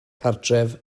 cartref